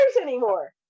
anymore